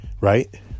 right